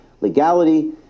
legality